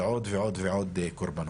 ועוד ועוד ועוד קורבנות.